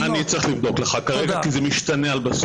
אני צריך לבדוק לך כי זה משתנה על בסיס יומי.